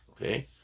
Okay